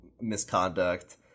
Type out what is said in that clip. misconduct